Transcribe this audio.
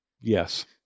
yes